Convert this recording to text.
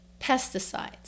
pesticides